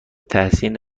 تحسین